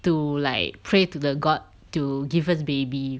to like pray to the god to give us baby